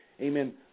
Amen